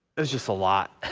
there's just a lot,